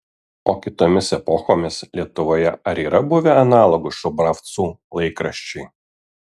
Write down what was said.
o kitomis epochomis lietuvoje ar yra buvę analogų šubravcų laikraščiui